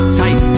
tight